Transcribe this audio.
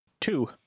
Two